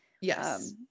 Yes